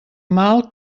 mal